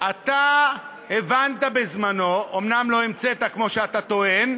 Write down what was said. אתה הבנת בזמנך, אומנם לא המצאת, כמו שאתה טוען,